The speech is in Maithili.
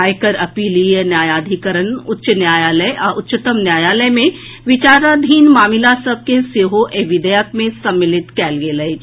आयकर अपीलीय न्यायाधिकरण उच्च न्यायालय आ उच्चतम न्यायालय मे विचाराधीन मामिला सभ के सेहो एहि विधेयक मे सम्मिलित कयल गेल अछि